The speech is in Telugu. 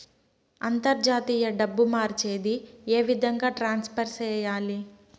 అంతర్జాతీయ డబ్బు మార్చేది? ఏ విధంగా ట్రాన్స్ఫర్ సేయాలి?